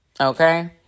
Okay